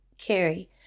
carry